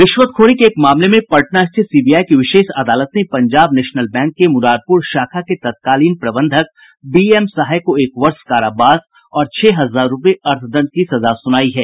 रिश्वतखोरी के एक मामले में पटना स्थित सीबीआई की विशेष अदालत ने पंजाब नेशनल बैंक के मुरारपुर शाखा के तत्कालीन प्रबंधक बीएम सहाय को एक वर्ष कारावास और छह हजार रूपये अर्थदंड की सजा सुनाई है